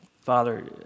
Father